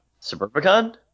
Suburbicon